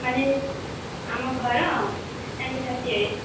ମାନେ ଆମଘର N B thirty eight